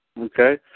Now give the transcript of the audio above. Okay